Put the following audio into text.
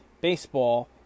Baseball